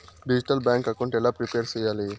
Digital bank account ఎలా prepare సెయ్యాలి?